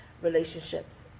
relationships